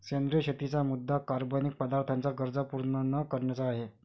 सेंद्रिय शेतीचा मुद्या कार्बनिक पदार्थांच्या गरजा पूर्ण न करण्याचा आहे